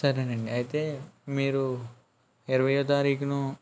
సరేనండి అయితే మీరు ఇరవైయో తారీఖును